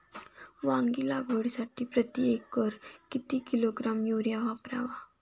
वांगी लागवडीसाठी प्रती एकर किती किलोग्रॅम युरिया वापरावा?